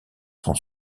son